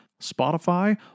Spotify